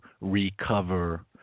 recover